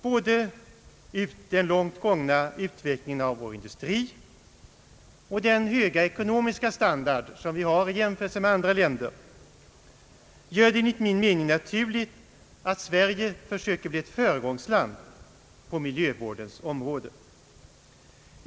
Både den långt gångna utvecklingen av vår industri och den höga ekonomiska standarden jämfört med andra länders gör det enligt min mening naturligt att Sverige försöker bli ett föregångsland på miljövårdens område.